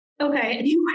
Okay